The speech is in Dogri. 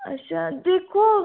अच्छा दिक्खो